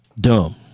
Dumb